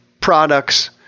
products